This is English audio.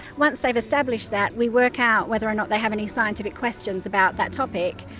once they've established that, we work out whether or not they have any scientific questions about that topic,